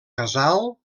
casal